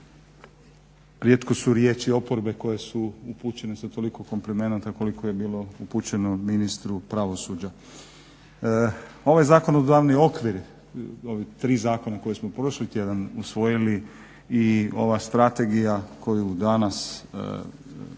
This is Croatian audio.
rijetkost su riječi oporbe koje su upućene sa toliko komplimenata koliko je bilo upućeno ministru pravosuđa. Ovaj zakonodavni okvir, ova tri zakona koja smo prošli tjedan usvojili i ova strategija koju danas ministar